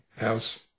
house